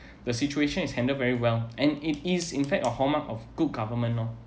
the situation is handled very well and it is in fact a hallmark of good government know loh